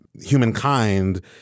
humankind